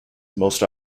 most